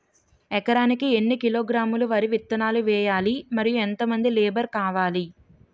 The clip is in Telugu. ఎకరానికి ఎన్ని కిలోగ్రాములు వరి విత్తనాలు వేయాలి? మరియు ఎంత మంది లేబర్ కావాలి?